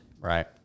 Right